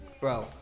Bro